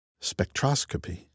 Spectroscopy